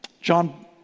john